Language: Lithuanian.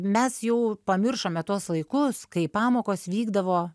mes jau pamiršome tuos laikus kai pamokos vykdavo